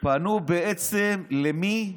פנו בעצם, למי?